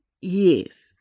Yes